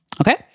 Okay